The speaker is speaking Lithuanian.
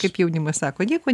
kaip jaunimas sako nieko